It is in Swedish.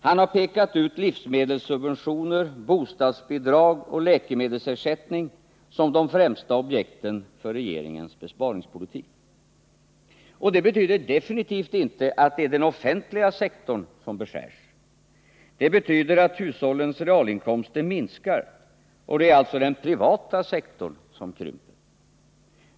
Han har pekat ut livsmedelssubventioner, bostadsbidrag och läkemedelsersättning som de främsta objekten för regeringens besparingspolitik. Och det betyder definitivt inte att det är den offentliga sektorn som beskärs. Det betyder att hushållens realinkomster minskar, och det är alltså den privata — Nr 38 sektorn som krymper.